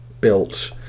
built